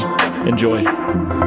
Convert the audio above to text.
Enjoy